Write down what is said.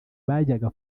bajyaga